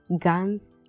guns